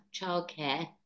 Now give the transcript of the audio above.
childcare